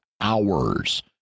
hours